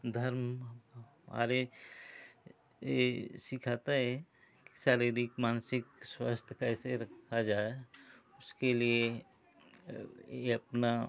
धर्म हमारे सिखाता है शारीरिक मानसिक स्वास्थ्य कैसे रखा जाय उसके लिए अपना